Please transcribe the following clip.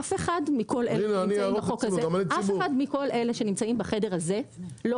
אף אחד מכל אלו שנמצאים בחדר הזה לא